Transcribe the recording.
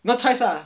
no choice ah